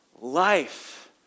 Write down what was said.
life